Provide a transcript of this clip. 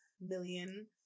million